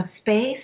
space